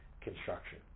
construction